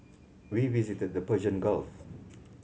we visited the Persian Gulf